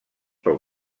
pel